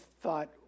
thought